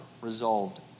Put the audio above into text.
resolved